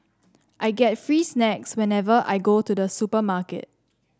I get free snacks whenever I go to the supermarket